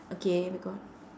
okay we got